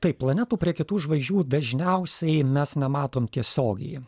tai planetų prie kitų žvaigždžių dažniausiai mes nematom tiesiogiai